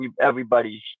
everybody's